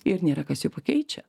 ir nėra kas jų pakeičia